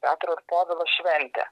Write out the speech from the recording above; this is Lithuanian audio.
petro ir povilo šventė